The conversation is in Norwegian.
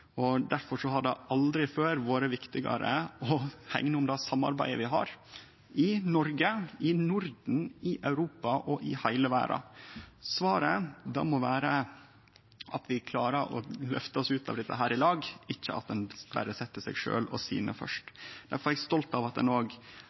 har det aldri før vore viktigare å hegne om det samarbeidet vi har i Noreg, i Norden, i Europa og i heile verda. Svaret må vere at vi klarer å løfte oss ut av dette i lag, ikkje at ein berre set seg sjølv og sine eigne først.